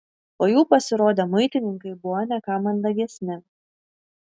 po jų pasirodę muitininkai buvo ne ką mandagesni